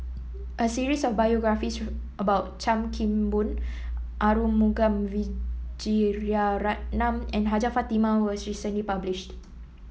a series of biographies about Chan Kim Boon Arumugam Vijiaratnam and Hajjah Fatimah was recently published